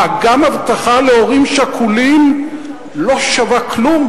מה, גם הבטחה להורים שכולים לא שווה כלום?